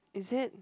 is it